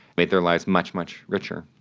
made their lives much, much richer.